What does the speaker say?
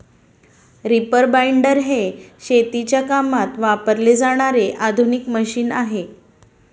reaper binder हे शेतीच्या कामात वापरले जाणारे आधुनिक मशीन आहे